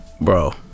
bro